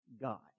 God